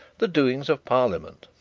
the doings of parliament,